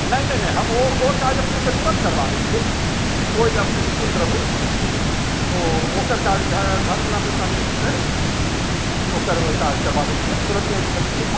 नहि नहि नहि हम ओ काज अपनेकेँ तुरन्त करबा दै छी ओहि लऽ कऽ अपने निश्चिंत रहूँ ओकर काज घरबला पैसा नहि रुकतै ओकर काज करबा दै छियै तुरन्त करैत छियै काज